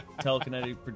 telekinetic